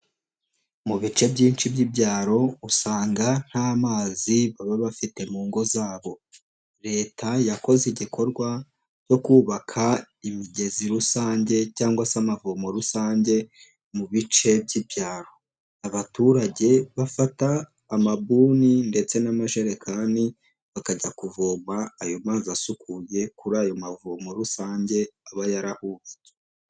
Mu bice byinshi by'ibyaro usanga nta mazi baba bafite mu ngo zabo, leta yakoze igikorwa cyo kubaka imigezi rusange cyangwase amavomo rusange mu bice by'ibyaro, abaturage bafata amabuni ndetse n'amajerekani bakajya kuvoma ayo mazi asukuye kuri ayo mavomo rusange aba yarahubatswe.